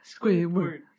Squidward